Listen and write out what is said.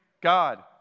God